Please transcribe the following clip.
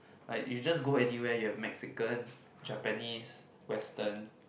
like you just go anywhere you have Mexican Japanese Western